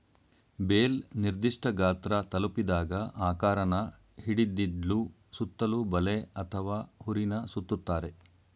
bale ನಿರ್ದಿಷ್ಠ ಗಾತ್ರ ತಲುಪಿದಾಗ ಆಕಾರನ ಹಿಡಿದಿಡ್ಲು ಸುತ್ತಲೂ ಬಲೆ ಅಥವಾ ಹುರಿನ ಸುತ್ತುತ್ತಾರೆ